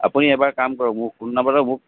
আপুনি এবাৰ কাম কৰক মোক ফোন নম্বৰটো মোক